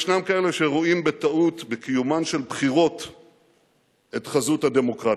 יש כאלה שרואים בטעות בקיומן של בחירות את חזות הדמוקרטיה,